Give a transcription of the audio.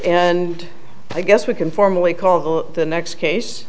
and i guess we can formally call the next case